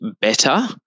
better